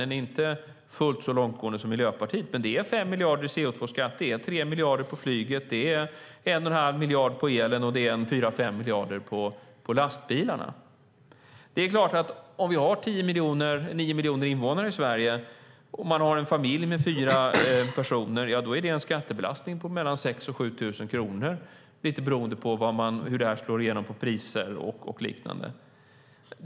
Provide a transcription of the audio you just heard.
Det är inte fullt så långtgående som Miljöpartiet, men det är 5 miljarder i CO2-skatt, 3 miljarder på flyget, 1 1⁄2 miljard på elen och 4-5 miljarder på lastbilarna. Vi har nio miljoner invånare i Sverige, så för en familj på fyra personer är detta en skattebelastning på mellan 6 000 och 7 000 kronor, lite beroende på hur det slår igenom på priser och liknande.